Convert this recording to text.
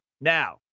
Now